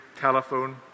telephone